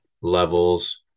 levels